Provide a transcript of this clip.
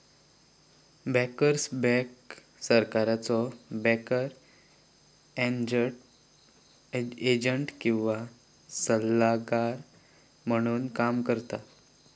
bankers bank सरकारचो banker agent किंवा सल्लागार म्हणून काम करता